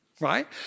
Right